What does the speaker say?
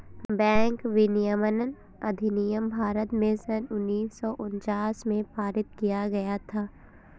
bank विनियमन अधिनियम भारत में सन उन्नीस सौ उनचास में पारित किया गया था